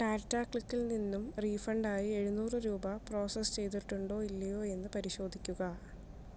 ടാറ്റാക്ലിക്കിൽ നിന്നും റീഫണ്ടായി എഴുന്നൂറ് രൂപ പ്രോസസ്സ് ചെയ്തിട്ടുണ്ടോ ഇല്ലയോ എന്ന് പരിശോധിക്കുക